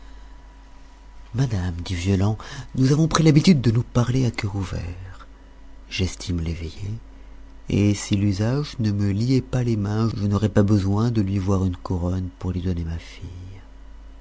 madame dit violent nous avons pris l'habitude de nous parler à cœur ouvert j'estime l'eveillé et si l'usage ne me liait pas les mains je n'aurais pas besoin de lui voir une couronne pour lui donner ma fille